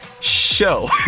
show